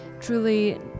truly